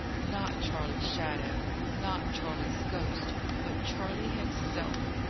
not charley's shadow not charley's ghost but charley himself,